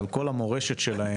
על כל המורשת שלהם,